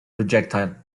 projectile